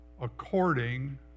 according